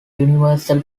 universal